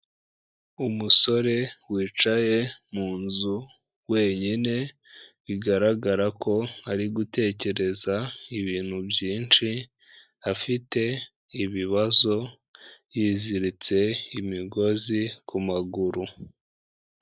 Umusore wicaye mu nzu wenyine, bigaragara ko ari gutekereza ibintu byinshi, afite ibibazo, yiziritse imigozi ku maguru.